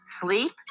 sleep